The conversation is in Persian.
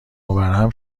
وبرهم